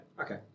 Okay